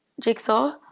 jigsaw